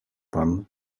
pan